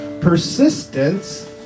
persistence